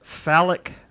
Phallic